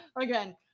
again